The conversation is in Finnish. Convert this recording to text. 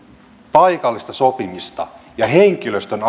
paikallista sopimista ja henkilöstön